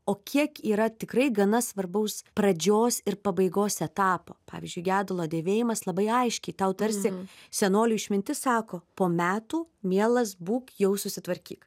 o kiek yra tikrai gana svarbaus pradžios ir pabaigos etapo pavyzdžiui gedulo dėvėjimas labai aiškiai tau tarsi senolių išmintis sako po metų mielas būk jau susitvarkyk